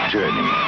Journey